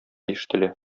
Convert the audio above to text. ишетелә